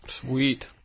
Sweet